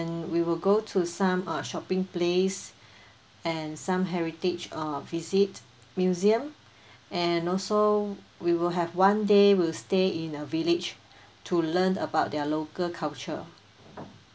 we will go to some uh shopping place and some heritage uh visit museum and also we will have one day will stay in a village to learn about their local culture